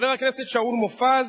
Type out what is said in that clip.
חבר הכנסת שאול מופז